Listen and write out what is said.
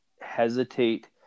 hesitate